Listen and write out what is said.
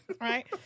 right